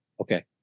Okay